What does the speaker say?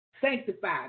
sanctified